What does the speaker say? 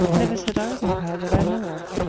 never set eyes on her that i know of,